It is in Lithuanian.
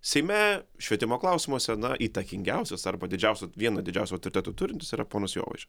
seime švietimo klausimuose na įtakingiausias arba didžiausias vieną didžiausių autoritetų turintis yra ponas jovaiša